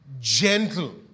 gentle